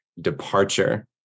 departure